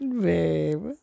babe